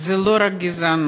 זו לא רק גזענות,